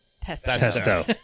pesto